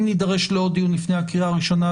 אם נידרש לעוד דיון לפני הקריאה הראשונה,